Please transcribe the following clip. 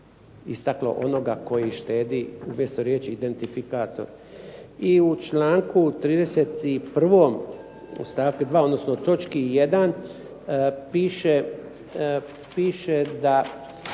istaklo onoga koji štedi, umjesto riječi identifikator. I u članku 31. u stavku 2., odnosno točki 1. piše da,